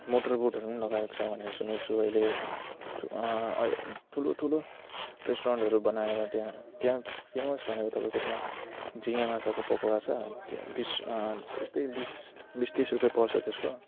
मोटरबोटहरू पनि लगाएको छ भनेर सुनेको छु अहिले ठुलो ठुलो रेस्टुरेन्टहरू बनाएर त्यहाँ त्यहाँ फेमस भनेको तपाईँको त्यहाँ झिँगे माछाको पकौडा छ बिस त्यस्तै बिस बिस तिस रुप्पे पर्छ त्यसको